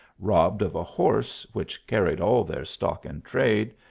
robbed of a horse, which carried all their stock in trade,